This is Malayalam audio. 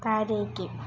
താഴേക്ക്